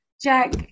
Jack